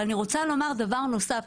אבל אני רוצה לומר דבר נוסף,